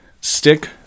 stick